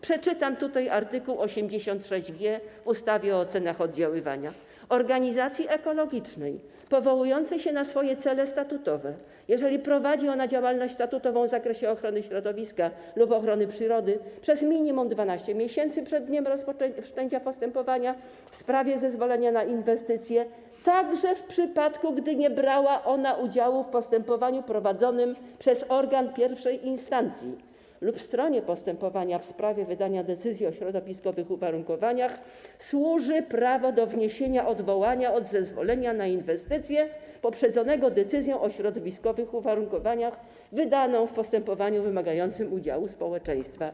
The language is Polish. Przeczytam tutaj art. 86g ustawy o ocenach oddziaływania: Organizacji ekologicznej powołującej się na swoje cele statutowe, jeżeli prowadzi ona działalność statutową w zakresie ochrony środowiska lub ochrony przyrody przez minimum 12 miesięcy przed dniem wszczęcia postępowania w sprawie zezwolenia na inwestycje, także w przypadku gdy nie brała ona udziału w postępowaniu prowadzonym przez organ pierwszej instancji, lub stronie postępowania w sprawie wydania decyzji o środowiskowych uwarunkowaniach służy prawo do wniesienia odwołania od zezwolenia na inwestycję, poprzedzonego decyzją o środowiskowych uwarunkowaniach wydaną w postępowaniu wymagającym udziału społeczeństwa.